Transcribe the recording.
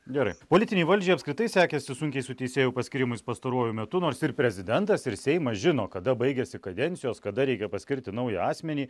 gerai politinei valdžiai apskritai sekėsi sunkiai su teisėjų paskyrimais pastaruoju metu nors ir prezidentas ir seimas žino kada baigiasi kadencijos kada reikia paskirti naują asmenį